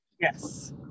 Yes